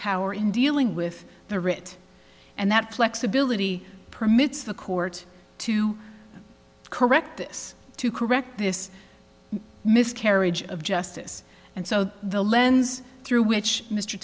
power in dealing with the writ and that flexibility permits the court to correct this to correct this miscarriage of justice and so the lens through which mr